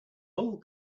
whole